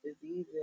diseases